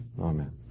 Amen